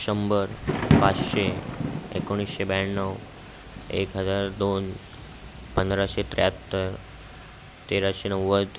शंभर पाचशे एकोणीसशे ब्याण्णव एक हजार दोन पंधराशे त्र्याहत्तर तेराशे नव्वद